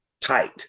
tight